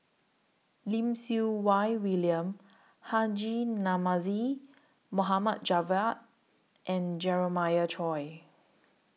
Lim Siew Wai William Haji Namazie Mohamad Javad and Jeremiah Choy